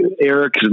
Eric